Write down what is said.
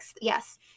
Yes